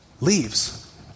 leaves